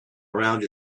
around